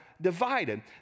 divided